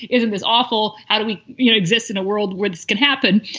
isn't this awful? how do we exist in a world where this can happen?